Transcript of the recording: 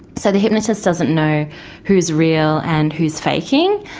so the hypnotist doesn't know who's real and who's faking,